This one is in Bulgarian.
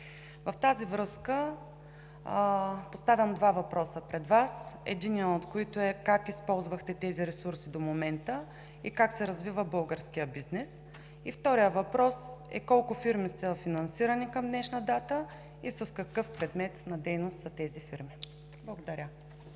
В тази връзка поставям два въпроса пред Вас, единият от които е: как използвахте тези ресурси до момента и как се развива българският бизнес? И вторият въпрос е: колко фирми са финансирани към днешна дата и с какъв предмет на дейност? Благодаря.